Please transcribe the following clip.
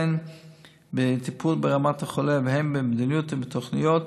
הן בטיפול ברמת החולה והן במדיניות ובתוכניות,